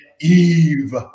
Eve